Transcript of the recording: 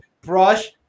brush